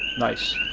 nice.